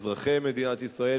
אזרחי מדינת ישראל,